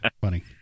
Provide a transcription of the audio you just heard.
Funny